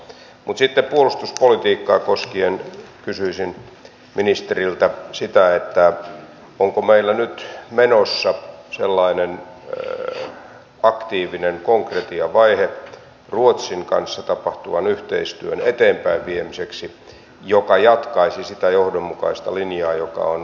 mutsi puolustuspolitiikkaa koskien kysyisin ministeriltä sitä jos meidän täytyy pelätä miettiä ja pohtia sitä silloin kun me tarvitsemme poliisin paikalle saapumista että sitä johdonmukaista linjaa joka on